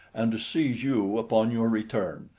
and to seize you upon your return,